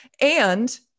And-